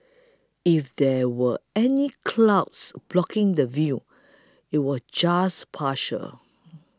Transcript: if there were any clouds blocking the view it was just partial